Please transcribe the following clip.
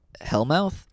Hellmouth